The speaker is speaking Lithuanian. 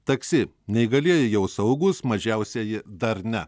taksi neįgalieji jau saugūs mažiausieji dar ne